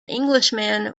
englishman